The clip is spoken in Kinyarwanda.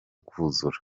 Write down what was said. kuzura